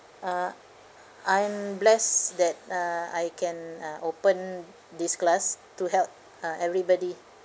uh I'm blessed that uh I can uh open this class to help uh everybody